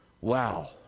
Wow